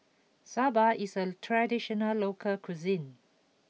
Soba is a traditional local cuisine